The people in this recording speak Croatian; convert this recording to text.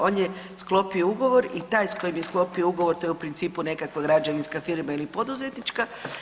On je sklopio ugovor i taj s kojim je sklopio ugovor to je u principu nekakva građevinska firma ili poduzetnička.